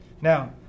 Now